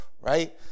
right